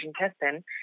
intestine